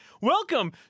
Welcome